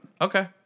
Okay